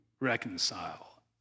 reconcile